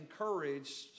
encouraged